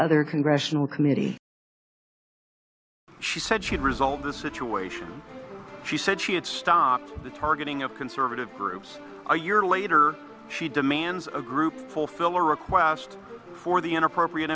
other congressional committee she said she'd result the situation she said she had stopped the targeting of conservative groups a year later she demands a group fulfill a request for the inappropriate